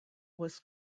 was